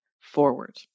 forward